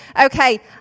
Okay